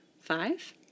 five